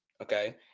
Okay